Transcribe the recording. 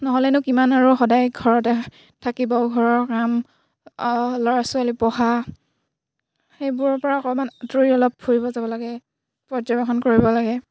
নহ'লেনো কিমান আৰু সদায় ঘৰতে থাকিব ঘৰৰ কাম ল'ৰা ছোৱালী পঢ়া সেইবোৰৰ পৰা অকণমান আঁতৰি অলপ ফুৰিব যাব লাগে পৰ্যবেক্ষণ কৰিব লাগে